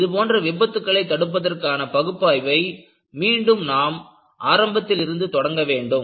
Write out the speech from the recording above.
இதுபோன்ற விபத்துக்களை தடுப்பதற்கான பகுப்பாய்வை மீண்டும் நாம் ஆரம்பத்தில் இருந்து தொடங்க வேண்டும்